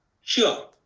Sure